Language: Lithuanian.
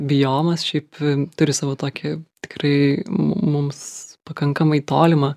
biomas šiaip turi savo tokį tikrai mu mums pakankamai tolimą